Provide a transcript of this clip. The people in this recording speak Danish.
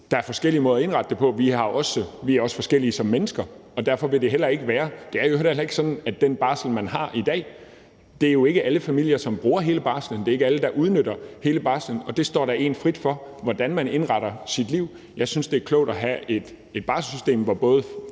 Der er forskellige måder at indrette det på. Vi er også forskellige som mennesker. Det er i øvrigt heller ikke sådan med den barsel, man har i dag; det er jo ikke alle familier, som bruger hele barslen. Det er ikke alle, der udnytter hele barslen, og det står da en frit for, hvordan man indretter sit liv. Jeg synes, det er klogt at have et barselssystem, hvor både